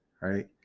right